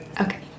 Okay